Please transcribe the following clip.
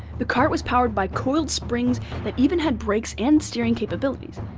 the cart was powered by coiled springs that even had brakes and steering capabilities.